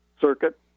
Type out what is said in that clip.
circuit